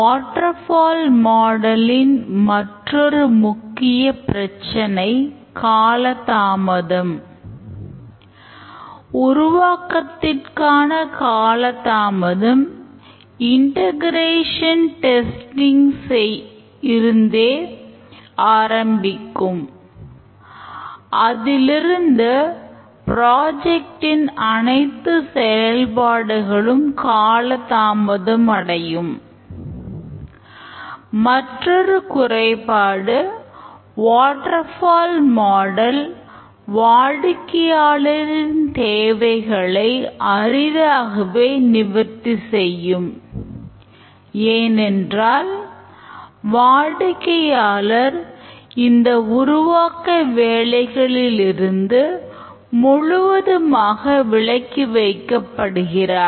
water fall மாடலின் வாடிக்கையாளரின் தேவைகளை அரிதாகவே நிவர்த்தி செய்யும் ஏனென்றால் வாடிக்கையாளர் இந்த உருவாக்க வேலைகளில் இருந்து முழுவதுமாக விலக்கி வைக்கப்படுகிறார்